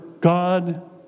God